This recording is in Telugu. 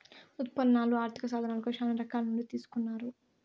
ఉత్పన్నాలు ఆర్థిక సాధనాలుగా శ్యానా రకాల నుండి తీసుకున్నారు